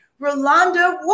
Rolanda